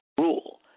rule